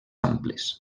amples